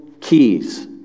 keys